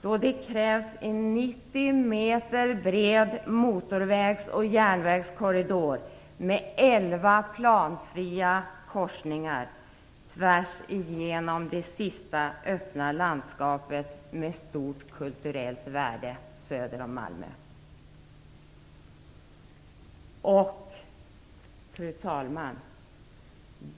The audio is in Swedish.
då det krävs en 90 meter bred motorvägs och järnvägskorridor med elva planfria korsningar tvärs igenom det sista öppna landskapet med stort kulturellt värde söder om Malmö? Fru talman!